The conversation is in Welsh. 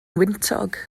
wyntog